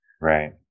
Right